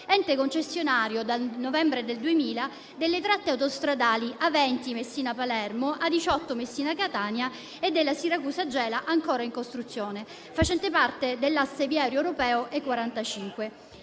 ente concessionario dal novembre 2000 delle tratte autostradali A20 Messina-Palermo, A18 Messina-Catania e della Siracusa-Gela ancora in costruzione, facente parte dell'asse viario europeo E45.